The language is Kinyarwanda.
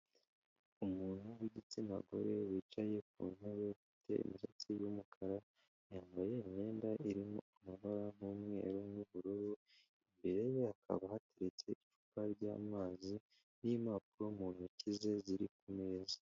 Umuntu w'igitsina gore wicaye ku ntebe ufite imisatsi y'umukara, yambaye imyenda irimo amabara n'umweru n'ubururu, imbere ye hakaba hateretse icupa ry'amazi n'impapuro mu ntoki ze ziri ku meza.